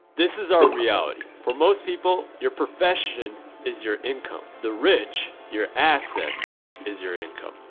this is our reality for most people your profession is your income. the rich, your assets is your income.